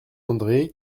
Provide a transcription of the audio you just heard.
andré